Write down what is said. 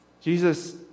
Jesus